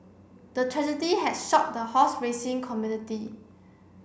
the tragedy had shocked the horse racing community